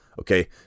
Okay